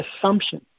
assumption